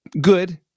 good